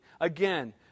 Again